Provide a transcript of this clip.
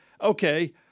okay